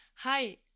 Hi